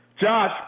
Josh